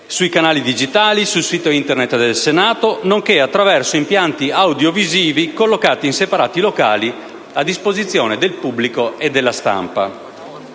sui canali digitali, sul sito Internet del Senato, nonché attraverso impianti audiovisivi collocati in separati locali a disposizione del pubblico e della stampa.